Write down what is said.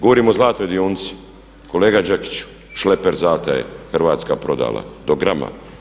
Govorimo o zlatnoj dionici, kolega Đakiću šleper zataje hrvatska je prodala do grama.